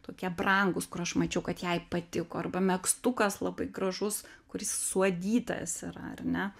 tokie brangūs kur aš mačiau kad jai patiko arba megztukas labai gražus kuris suadytas yra ar ne